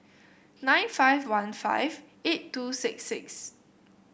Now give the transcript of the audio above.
nine five one five eight two six six